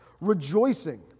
rejoicing